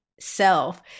self